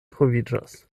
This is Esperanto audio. troviĝas